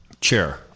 chair